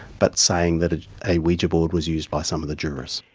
but saying that ah a ouija board was used by some of the jurors.